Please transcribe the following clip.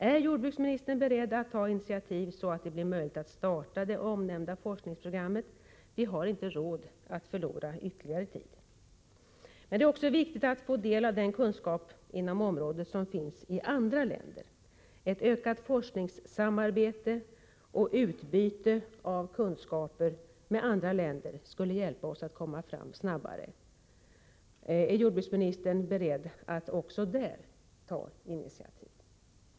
Är jordbruksministern beredd att ta initiativ så att det blir möjligt att starta det omnämnda forskningsprogrammet? Vi har inte råd att förlora ytterligare tid. Det är också viktigt att få del av den kunskap inom området som finns i andra länder. Ett ökat forskningssamarbete och utbyte av kunskaper med andra länder skulle hjälpa oss att komma snabbare fram. Är jordbruksministern beredd att ta initiativ också på detta område?